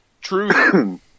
True